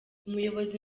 umuyobozi